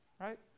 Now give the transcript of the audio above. right